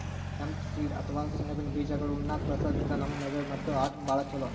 hemp seed ಅಥವಾ ಸೆಣಬಿನ್ ಬೀಜಾಗೋಳ್ ಉಣ್ಣಾಕ್ಕ್ ಬಳಸದ್ರಿನ್ದ ನಮ್ ಮೆದಳ್ ಮತ್ತ್ ಹಾರ್ಟ್ಗಾ ಭಾಳ್ ಛಲೋ